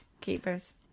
Keepers